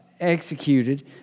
executed